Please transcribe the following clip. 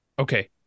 Okay